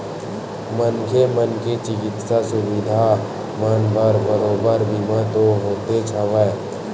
मनखे मन के चिकित्सा सुबिधा मन बर बरोबर बीमा तो होतेच हवय